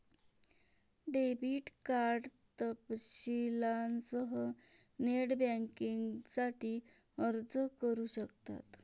debit card तपशीलांसह net बँकिंगसाठी अर्ज करू शकतात